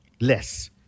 less